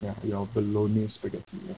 ya your bolognese spaghetti ya